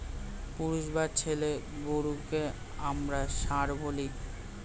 পুরুষ বা ছেলে গরুকে আমরা ষাঁড় বলি